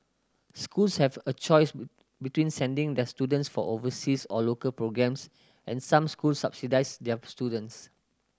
schools have a choice between sending their students for overseas or local programmes and some schools subsidise their students